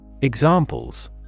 Examples